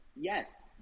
Yes